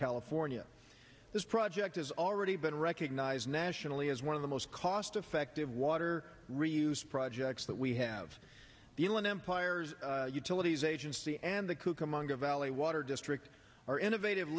california this project has already been recognized nationally as one of the most cost effective water reuse projects that we have the one empire's utilities agency and the cucamonga valley water district are innovative